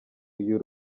uyu